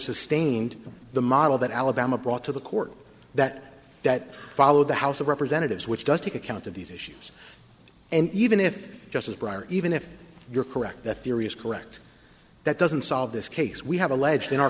sustained the model that alabama brought to the court that that followed the house of representatives which does take account of these issues and even if just as even if you're correct that theory is correct that doesn't solve this case we have alleged in our